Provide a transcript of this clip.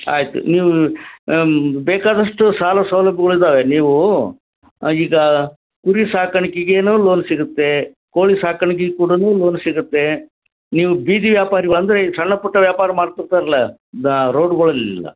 ಆಯಿತು ನೀವು ಬೇಕಾದಷ್ಟು ಸಾಲ ಸೌಲಭ್ಯಗಳಿದ್ದಾವೆ ನೀವು ಈಗ ಕುರಿ ಸಾಕಾಣಿಕೆಗೇನು ಲೋನ್ ಸಿಗುತ್ತೆ ಕೋಳಿ ಸಾಕಾಣಿಕೆಗೆ ಕೂಡ ಲೋನ್ ಸಿಗತ್ತೆ ನೀವು ಬೀದಿ ವ್ಯಾಪಾರಿ ಅಂದ್ರೆ ಸಣ್ಣ ಪುಟ್ಟ ವ್ಯಾಪಾರ ಮಾಡ್ಕೋತಾರಲ್ಲ ದಾ ರೋಡ್ಗಳಲ್ಲೆಲ್ಲ